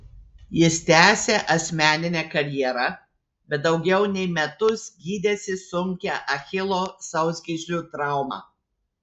jis tęsė asmeninę karjerą bet daugiau nei metus gydėsi sunkią achilo sausgyslių traumą